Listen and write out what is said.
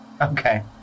Okay